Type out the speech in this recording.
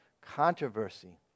controversy